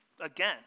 again